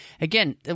again